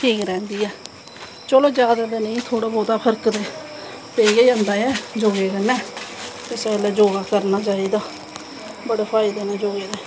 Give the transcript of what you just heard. ठीक रैंह्दी ऐ चलो जादा ते नेंई थोह्ड़ी बौह्ता फर्क ते पेई गै जंदा ऐ योगे कन्नैं इस्सै गल्लां योगा करनां चाही दा बड़े फायदे न योगे दे